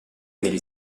negli